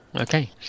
Okay